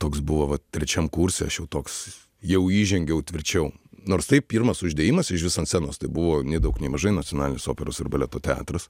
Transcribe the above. toks buvo vat trečiam kurse aš jau toks jau įžengiau tvirčiau nors taip pirmas uždėjimas ižvis ant scenos tai buvo nei daug nei mažai nacionalinis operos ir baleto teatras